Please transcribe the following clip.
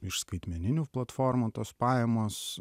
iš skaitmeninių platformų tos pajamos